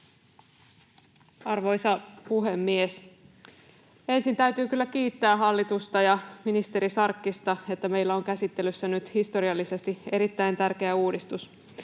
Arvoisa puhemies! Ensin täytyy kyllä kiittää hallitusta ja ministeri Sarkkista, että meillä on käsittelyssä nyt historiallisesti erittäin tärkeä uudistus.